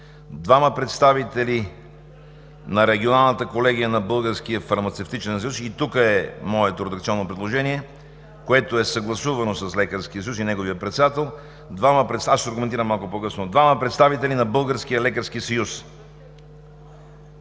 двама представители на Регионалната колегия на Българския фармацевтичен съюз…“ – и тук е моето редакционно предложение, което е съгласувано с Лекарския съюз и неговия председател – „двама представители на Българския лекарски съюз“.